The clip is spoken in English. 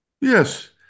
Yes